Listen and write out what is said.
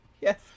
yes